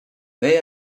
may